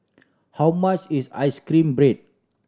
how much is ice cream bread